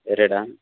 ಎರಡಾ